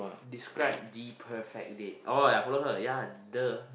describe the perfect date oh ya I follow her ya [duh]